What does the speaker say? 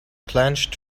clenched